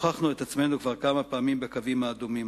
והוכחנו את עצמנו כבר כמה פעמים בקווים האדומים.